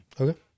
Okay